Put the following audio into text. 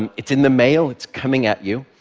um it's in the mail. it's coming at you.